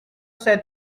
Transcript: set